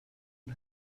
und